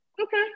Okay